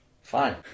fine